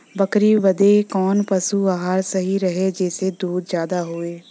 बकरी बदे कवन पशु आहार सही रही जेसे दूध ज्यादा होवे?